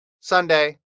sunday